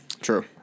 True